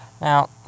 Now